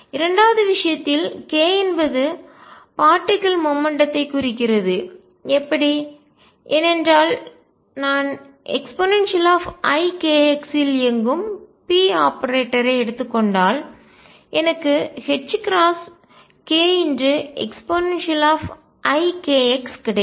இரண்டாவது விஷயத்தில் k என்பது பார்ட்டிக்கல் துகள் மொமெண்ட்டம் த்தை உந்தம் குறிக்கிறது எப்படி ஏனென்றால் நான் eikx இல் இயங்கும் p ஆபரேட்டரை எடுத்துக் கொண்டால் எனக்கு ℏkeikx கிடைக்கும்